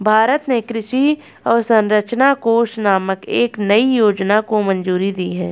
भारत ने कृषि अवसंरचना कोष नामक एक नयी योजना को मंजूरी दी है